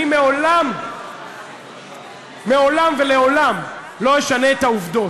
אני מעולם, מעולם ולעולם לא אשנה את העובדות.